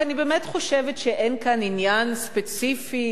כי אני באמת חושבת שאין כאן עניין ספציפי